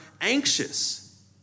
anxious